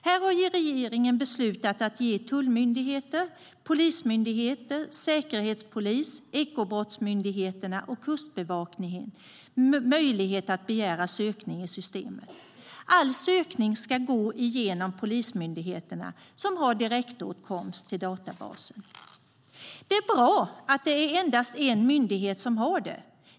Här har regeringen beslutat att ge tullmyndigheter, polismyndigheter, säkerhetspolis, ekobrottsmyndigheter och kustbevakning möjlighet att begära sökning i systemet. All sökning ska gå igenom polismyndigheterna, som har direktåtkomst till databaserna. Det är bra att det är endast en myndighet som har denna åtkomst.